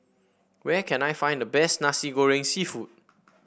where can I find the best Nasi Goreng seafood